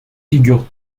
figurent